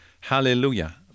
Hallelujah